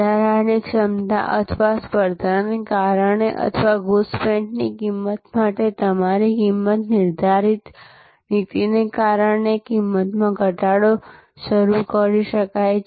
વધારાની ક્ષમતા અથવા સ્પર્ધાને કારણે અથવા ઘૂંસપેઠની કિંમત માટે તમારી કિંમત નિર્ધારણ નીતિને કારણે કિંમતમાં ઘટાડો શરૂ કરી શકાય છે